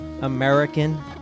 American